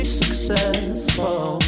successful